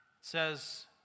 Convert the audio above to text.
says